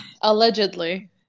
allegedly